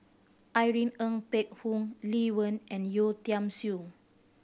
Irene Ng Phek Hoong Lee Wen and Yeo Tiam Siew